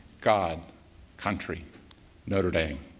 god country notre dame.